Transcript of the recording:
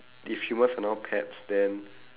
if humans are now pets then